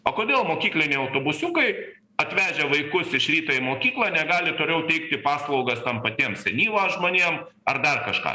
o kodėl mokykliniai autobusiukai atvežę vaikus iš ryto į mokyklą negali toliau teikti paslaugas tam patiems senyvo žmonėm ar dar kažką